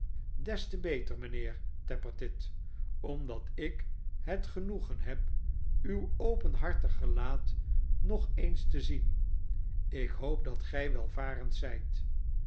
des te beter mijnheer tappertit omdat ik het genoegen heb uw openhartig gelaat nog eens te zien ik hoop dat gij welvarend zijt